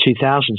2000s